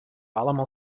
allemaal